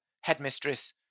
Headmistress